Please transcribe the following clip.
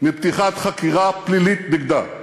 מפתיחת חקירה פלילית נגדה.